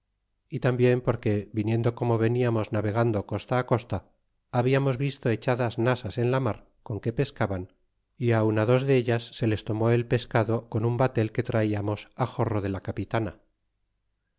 y tambien porque viniendo como veniamos navegando costa costa hablamos visto echadas nasas en la mar con que pescaban y aun dos dellas se les tomó el pescado con un batel que traiareos jorro de la capitana